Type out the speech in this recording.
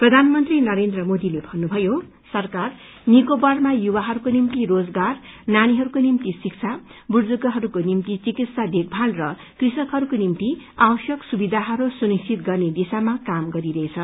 प्रबानमन्त्री नरेन्द्र मोदीले भन्नुभयो सरकार कार निकोबारमा युवाहरूको निम्ति रोजगार नानीहरूकके निम्ति शिक्षा बुजुर्गहरूको निम्ति चिकित्सा देखभाल र कृषकहरूको निम्ति आवश्यक सुविधाहरू सुनिश्वित गर्ने दिशामा काम गरिरहेछ